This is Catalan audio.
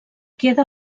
queda